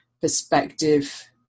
perspective